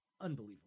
unbelievable